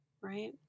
right